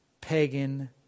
pagan